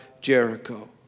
Jericho